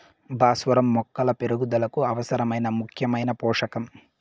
భాస్వరం మొక్కల పెరుగుదలకు అవసరమైన ముఖ్యమైన పోషకం